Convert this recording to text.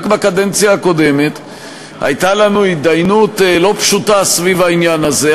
רק בקדנציה הקודמת הייתה לנו הידיינות לא פשוטה סביב העניין הזה,